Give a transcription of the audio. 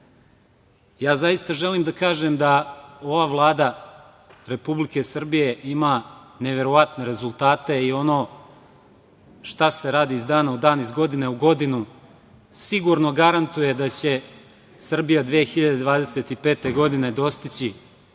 to čujemo. Želim da kažem da ova Vlada Republike Srbije ima neverovatne rezultate i ono šta se radi iz dana u dan, iz godine u godinu sigurno garantuje da će Srbija 2025. godine dostići